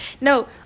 no